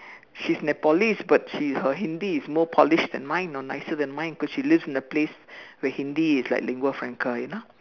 she's Nepalese but she her Hindi is more Nepalese than mine you know nicer than mine because she lives in a place where Hindi is like lingua franca you know